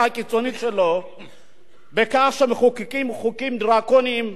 הקיצונית שלו בכך שהם מחוקקים חוקים דרקוניים: